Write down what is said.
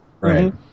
right